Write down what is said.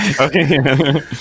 Okay